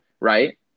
right